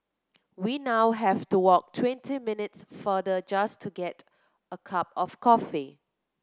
we now have to walk twenty minutes farther just to get a cup of coffee